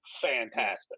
fantastic